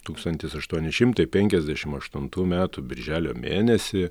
tūkstantis aštuoni šimtai penkiasdešim aštuntų metų birželio mėnesį